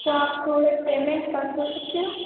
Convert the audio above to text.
तो आपको मैं पेमेंट कल कर सकती हूँ